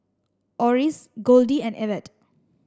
Oris Goldie and Evette